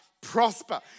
prosper